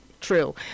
true